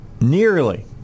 nearly